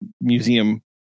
museum